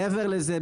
מעבר לזה,